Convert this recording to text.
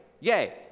Yay